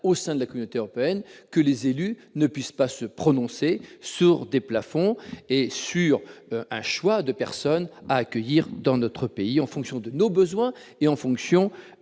au sein de la communauté européenne, les élus ne puissent pas se prononcer sur des plafonds et le choix des personnes à accueillir, en fonction de nos besoins et de notre